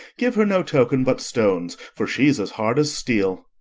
give her no token but stones, for she's as hard as steel.